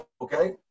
Okay